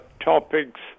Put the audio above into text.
topics